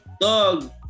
Dog